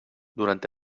durant